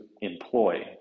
employ